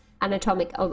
anatomic